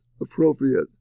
appropriate